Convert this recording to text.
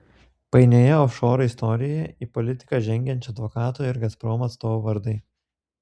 painioje ofšorų istorijoje į politiką žengiančio advokato ir gazprom atstovo vardai